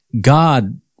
God